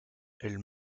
elle